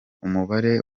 umubare